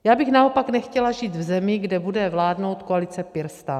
Já bych naopak nechtěla žít v zemi, kde bude vládnout koalice PirStan.